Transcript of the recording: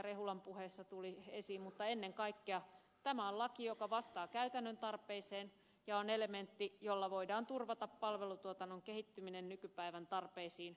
rehulan puheessa tuli esiin mutta ennen kaikkea tämä on laki joka vastaa käytännön tarpeeseen ja on elementti jolla voidaan turvata palvelutuotannon kehittyminen nykypäivän tarpeisiin